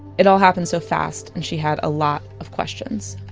it all happened so fast and she had a lot of questions